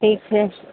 ठीक छै